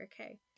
okay